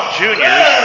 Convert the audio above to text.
juniors